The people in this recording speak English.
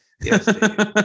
Yes